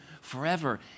forever